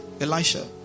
Elisha